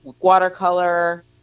watercolor